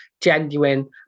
genuine